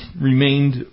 remained